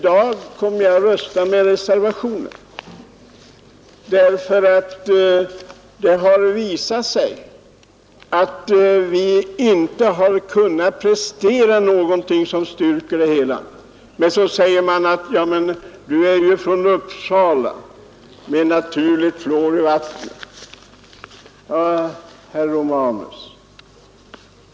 Jag kommer i dag att rösta med reservationen, därför att det har inte kunnat presteras något som styrker att beslutet 1962 var rätt. Då säger man: Men du är ju från Uppsala med naturligt fluor i vattnet.